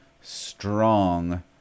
strong